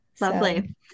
Lovely